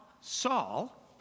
Saul